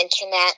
internet